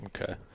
Okay